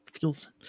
feels